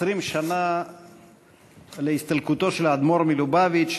עשרים שנה להסתלקותו של האדמו"ר מלובביץ',